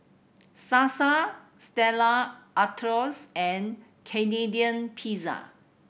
Sasa Stella Artois and Canadian Pizza